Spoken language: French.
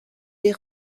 des